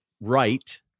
right